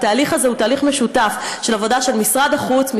התהליך הזה הוא תהליך משותף של עבודה של משרד החוץ,